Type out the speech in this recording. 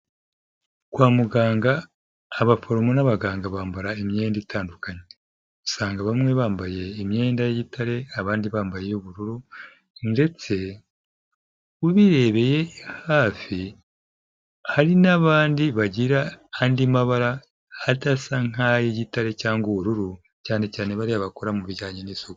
Kwa muganga abaforomo n'abaganga bambara imyenda itandukanye. Usanga bamwe bambaye imyenda y'igitare abandi bambaye iy'ubururu ndetse ubirebeye hafi hari n'abandi bagira andi mabara adasa nk'ay'igitare cyangwa ubururu cyane cyane bariya bakora mu bijyanye n'isuku.